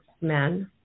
men